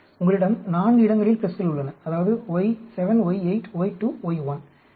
உங்களிடம் 4 இடங்களில் பிளஸ்கள் உள்ளன அதாவது y7 y8 y2 y1